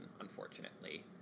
unfortunately